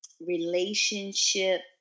relationship